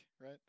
right